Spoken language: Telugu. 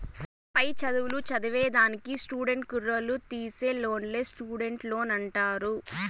పై చదువులు చదివేదానికి స్టూడెంట్ కుర్రోల్లు తీసీ లోన్నే స్టూడెంట్ లోన్ అంటారు